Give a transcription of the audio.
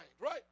right